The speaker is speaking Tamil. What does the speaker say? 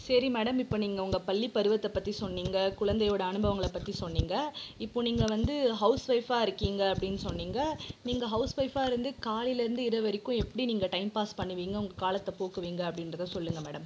சரி மேடம் இப்போ நீங்கள் உங்கள்ப் பள்ளிப் பருவத்தைப் பற்றி சொன்னீங்க குழந்தையோட அனுபவங்களைப் பற்றி சொன்னீங்க இப்போது நீங்கள் வந்து ஹவுஸ் ஒய்ஃப்பாக இருக்கீங்க அப்படினு சொன்னீங்க நீங்கள் ஹவுஸ் ஒய்ஃப்பாக இருந்து காலைலிருந்து இரவு வரைக்கும் எப்படி நீங்கள் டைம் பாஸ் பண்ணுவீங்க உங்கள் காலத்தைப் போக்குவீங்க அப்படின்றத சொல்லுங்கள் மேடம்